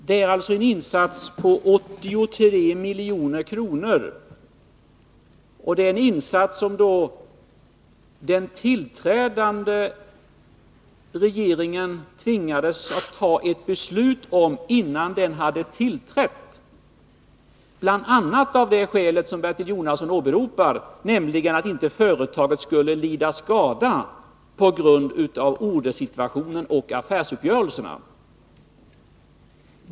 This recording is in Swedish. Det är en insats på 83 milj.kr. som den tillträdande regeringen tvingades att ta ett beslut om, bl.a. av det skäl som Bertil Jonasson åberopar, nämligen att företaget inte skulle lida skada på grund av ordersituationen och affärsuppgörelserna.